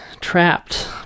trapped